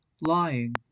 lying